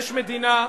כשיש מדינה,